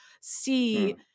see